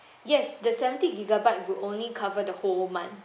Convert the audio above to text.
yes the seventy gigabyte will only cover the whole month